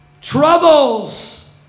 Troubles